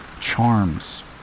charms